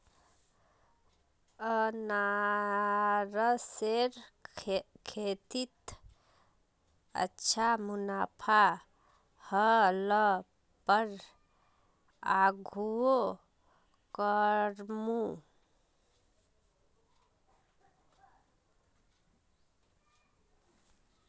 अनन्नासेर खेतीत अच्छा मुनाफा ह ल पर आघुओ करमु